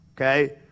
okay